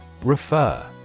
Refer